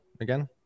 again